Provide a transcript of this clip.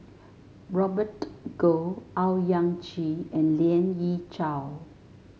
Robert Goh Owyang Chi and Lien Ying Chow